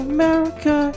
America